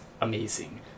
amazing